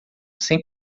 sem